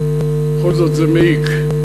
בכל זאת, זה מעיק,